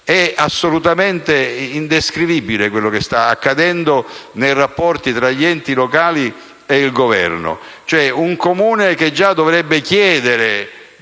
È assolutamente indescrivibile quello che sta accadendo nei rapporti tra gli enti locali il Governo: un Comune, che già dovrebbe chiedere